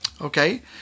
okay